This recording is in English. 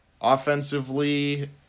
Offensively